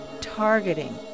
targeting